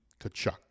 Kachuk